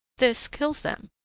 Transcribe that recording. this kills them.